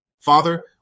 Father